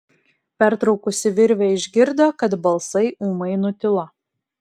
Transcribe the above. pertraukusi virvę išgirdo kad balsai ūmai nutilo